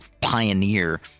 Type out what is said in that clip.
pioneer